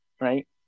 right